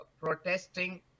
protesting